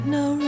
no